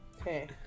Okay